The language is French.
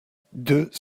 deux